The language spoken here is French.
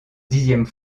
dixième